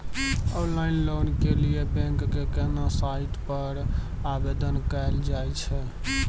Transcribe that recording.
Online loan के लिए bank के केना साइट पर आवेदन कैल जाए छै?